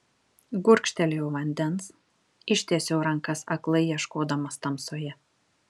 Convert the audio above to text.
gurkštelėjau vandens ištiesiau rankas aklai ieškodamas tamsoje